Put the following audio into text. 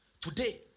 Today